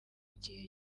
gihe